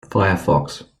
firefox